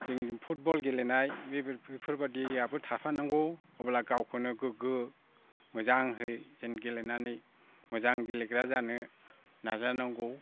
जोंनि फुटबल गेलेनाय बेफोरबायदिया थाफानांगौ अब्ला गावखौनो गोग्गो मोजांहै जों गेलेनानै मोजां गेलेग्रा जानो नाजानांगौ